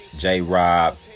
J-Rob